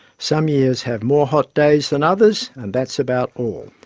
some years have more hot days than others, and that's about all.